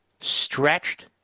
stretched